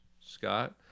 Scott